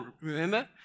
remember